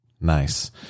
nice